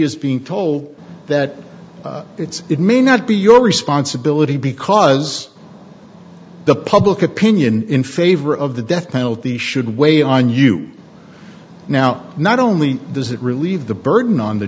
is being told that it's it may not be your responsibility because the public opinion in favor of the death penalty should weigh on you now not only does it relieve the burden on the